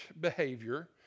behavior